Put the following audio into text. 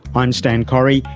i'm stan correy,